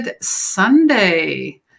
Sunday